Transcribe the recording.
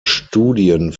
studien